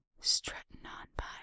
strutting-on-by